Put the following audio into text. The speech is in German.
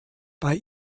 bei